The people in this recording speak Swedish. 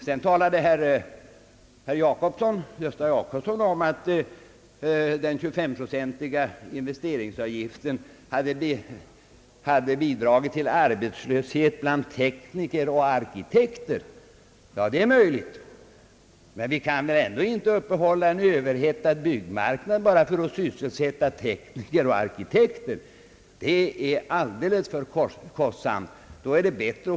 Herr Gösta Jacobsson talade om att den 25-procentiga investeringsavgiften hade bidragit till arbetslöshet bland tekniker och arkitekter. Det är möjligt, men vi kan ändå inte uppehålla en överhettad byggmarknad bara för att sysselsätta tekniker och arkitekter. Det blir alldeles för kostsamt.